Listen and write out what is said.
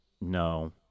No